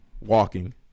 walking